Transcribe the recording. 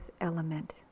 element